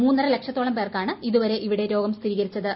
മൂന്നരലക്ഷത്തോളം പേർക്കാണ് ഇതുവരെ ഇവിടെ രോഗം സ്ഥിരീകരിച്ചത്